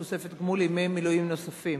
תוספת גמול לימי מילואים נוספים).